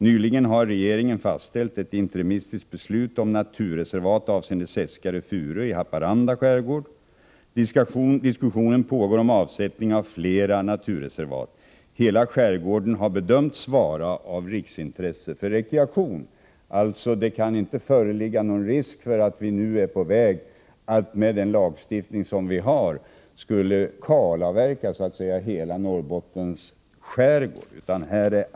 Nyligen har regeringen fastställt ett interimistiskt beslut om naturreservat avseende Seskarö och Furö i Haparandas skärgård. Diskussionen pågår om avsättningar av flera naturreservat. Hela skärgården har bedömts vara av riksintresse för rekreation. Det kan alltså inte föreligga någon risk för att vi nu är på väg att, med den lagstiftning som vi har, kalavverka så att säga hela Norrbottens skärgård.